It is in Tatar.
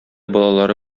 балалары